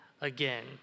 again